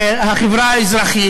החברה האזרחית,